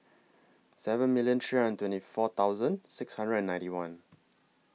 seven million three hundred and twenty four six hundred and ninety one